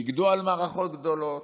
פיקדו על מערכות גדולות,